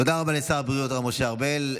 תודה רבה לשר הבריאות, הרב משה ארבל.